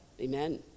amen